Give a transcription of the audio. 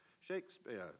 Shakespeare